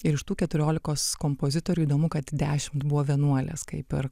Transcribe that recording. ir iš tų keturiolikos kompozitorių įdomu kad dešimt buvo vienuolės kaip ir